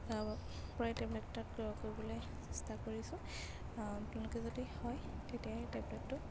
পৰাই টেবলেট এটা ক্ৰয় কৰিবলৈ চেষ্টা কৰিছোঁ আপোনালোকে যদি হয় তেতিয়া সেই টেবলেটটো